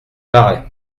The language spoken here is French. paraît